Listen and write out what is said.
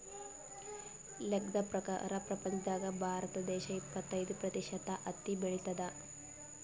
ಲೆಕ್ಕದ್ ಪ್ರಕಾರ್ ಪ್ರಪಂಚ್ದಾಗೆ ಭಾರತ ದೇಶ್ ಇಪ್ಪತ್ತೈದ್ ಪ್ರತಿಷತ್ ಹತ್ತಿ ಬೆಳಿತದ್